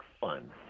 fun